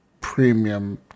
premium